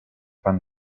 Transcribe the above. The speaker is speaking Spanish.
pan